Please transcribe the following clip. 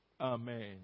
Amen